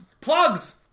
plugs